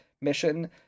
mission